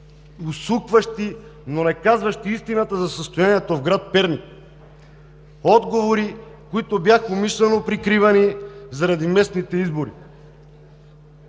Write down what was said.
усукващи, но неказващи истината за състоянието в град Перник. Отговори, които бяха умишлено прикривани заради местните избори.